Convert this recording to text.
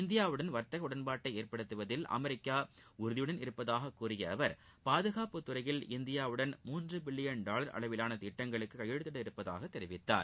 இந்தியாவுடன் வர்த்தக உடன்பாட்டை ஏற்படுத்துவதில் அமெரிக்கா உறுதியுடன் இருப்பதாகக் கூறிய அவர் பாதகாப்புத் துறையில் இந்தியாவுடன் மூன்று பில்லியன் டாவ் அளவிவான திட்டங்களுக்கு கையெழுத்திட இருப்பதாகத் தெரிவித்தார்